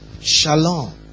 Shalom